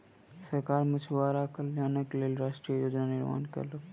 सरकार मछुआरा कल्याणक लेल राष्ट्रीय योजना निर्माण कयलक